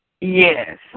Yes